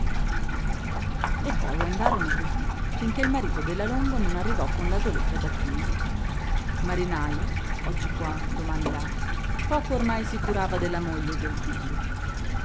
le cose andarono cosí finché il marito della longo non arrivò con la goletta da tunisi marinajo oggi qua domani là poco ormai si curava della moglie e del figlio